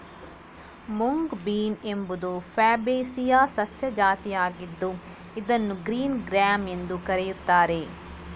mung bean ಎಂಬುದು fabaceae ಸಸ್ಯ ಜಾತಿಯಾಗಿದ್ದು ಇದನ್ನು ಗ್ರೀನ್ ಗ್ರ್ಯಾಮ್ ಎಂದೂ ಕರೆಯುತ್ತಾರೆ